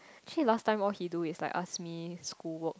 actually last time all he do is like ask me school work